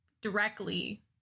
directly